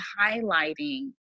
highlighting